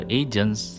agents